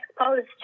exposed